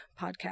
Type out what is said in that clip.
podcast